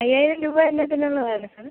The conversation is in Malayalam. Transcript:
അയ്യായിരം രൂപ എന്നാത്തിനുള്ളതാ